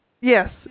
Yes